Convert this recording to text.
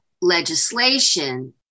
legislation